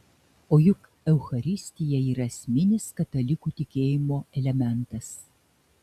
o juk eucharistija yra esminis katalikų tikėjimo elementas